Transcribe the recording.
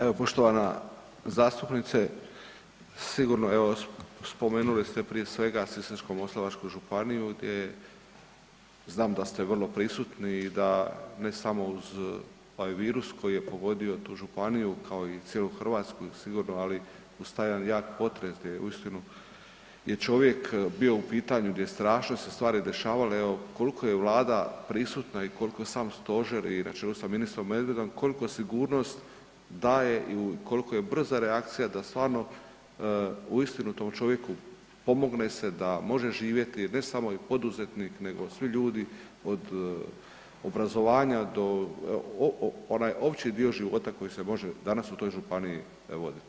Evo poštovana zastupnice, sigurno evo, spomenuli ste prije svega Sisačko-moslavačku županiju gdje znam da ste vrlo prisutni i da ne samo uz ovaj virus koji je pogodio tu županiju kao i cijelu Hrvatsku, sigurno, ali uz taj jedan jak potres gdje je uistinu je čovjek bio u pitanju, gdje strašno su se stvari dešavale, evo koliko je Vlada prisutna i koliko je sam stožer i na čelu sa ministrom Medvedom, koliku sigurnost daje i koliko je brza reakcija da stvarno uistinu tom čovjeku pomogne se da može živjeti ne samo i poduzetnik, nego svi ljudi od obrazovanja do, onaj opći dio života koji se može danas u toj županiji voditi?